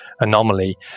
anomaly